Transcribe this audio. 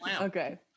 Okay